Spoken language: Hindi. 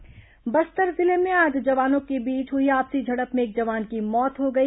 जवान आपसी झड़प बस्तर जिले में आज जवानों के बीच हुई आपसी झड़प में एक जवान की मौत हो गई